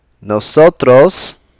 nosotros